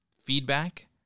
Feedback